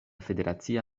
federacia